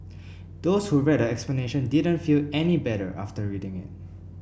those who read her explanation didn't feel any better after reading it